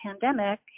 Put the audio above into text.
pandemic